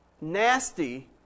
nasty